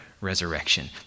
resurrection